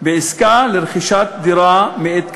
בעסקה לרכישת דירה מאת קבלן,